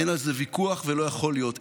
אין על זה ויכוח ולא יכול להיות.